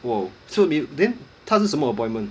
!whoa! so 你 then 他是什么 appointment